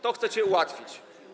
To chcecie ułatwić.